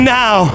now